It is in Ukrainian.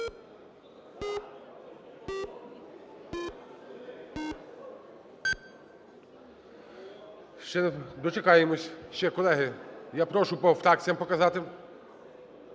дочекаємось. Ще, колеги, я прошу по фракціях показати.